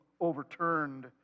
overturned